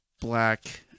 Black